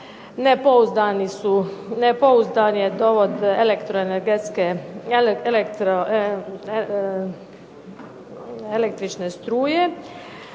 Nepouzdan je dovod elektroenergetske, električne struje.